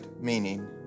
meaning